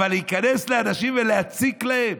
אבל להיכנס לאנשים ולהציק להם?